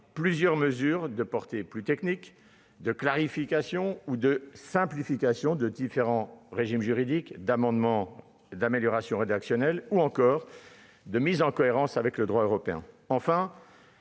plusieurs mesures de portée plus technique, de clarification ou de simplification de différents régimes juridiques, d'amélioration rédactionnelle ou encore de mise en cohérence avec le droit européen. Enfin,